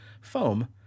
foam